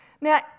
Now